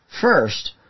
first